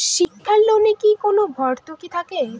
শিক্ষার লোনে কি কোনো ভরতুকি থাকে?